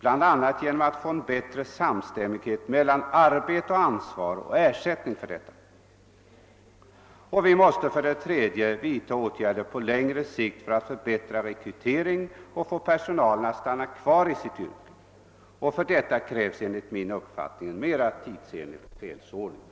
bl.a. genom att få till stånd en bättre samstämmighet mellan arbete och ansvar och ersättningen för detta. Vi måste för det tredje vidta åtgärder på längre sikt för att förbättra rekryteringen och få personalen att stanna kvar i sitt yrke, och för detta krävs enligt min uppfattning en mera tidsenlig befälsordning.